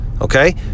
okay